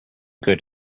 good